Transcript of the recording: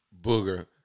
Booger